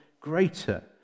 greater